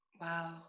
Wow